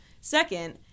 Second